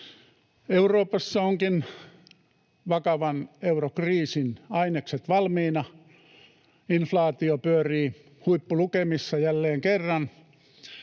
Euroopassa ovatkin vakavan eurokriisin ainekset valmiina. Inflaatio pyörii huippulukemissa jälleen kerran.